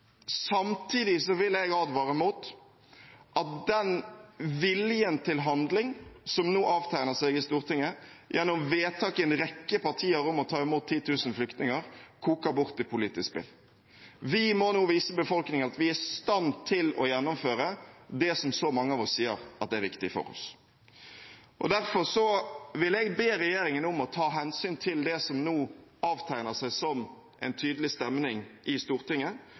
Samtidig vil jeg advare mot at den viljen til handling som nå avtegner seg i Stortinget gjennom vedtak i en rekke partier om å ta imot 10 000 flyktninger, koker bort i politisk spill. Vi må nå vise befolkningen at vi er i stand til å gjennomføre det som så mange av oss sier er viktig for oss. Derfor vil jeg be regjeringen om å ta hensyn til det som nå avtegner seg som en tydelig stemning i Stortinget,